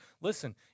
listen